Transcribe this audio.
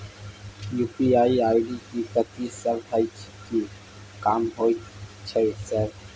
UPI ID कथि सब हय कि काम होय छय सर?